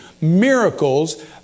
Miracles